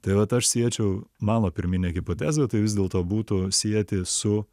tai vat aš siečiau mano pirminė hipotezė tai vis dėlto būtų sieti su